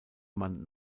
man